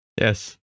yes